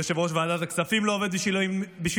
יו"ר ועדת הכספים לא עובד בשביל המילואימניקים,